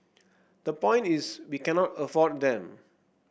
the point is we cannot afford them